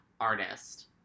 artist